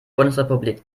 bundesrepublik